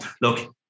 look